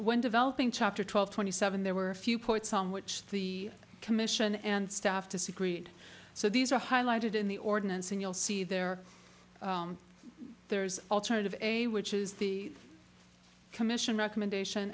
when developing chapter twelve twenty seven there were a few points on which the commission and staff disagreed so these are highlighted in the ordinance and you'll see there there's alternative a which is the commission recommendation